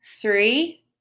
three